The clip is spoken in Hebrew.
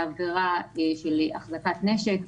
בעבירה של החזקת נשק,